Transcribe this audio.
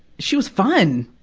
she was fun!